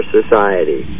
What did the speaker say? society